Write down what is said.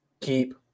Keep